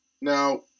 Now